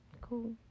Cool